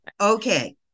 Okay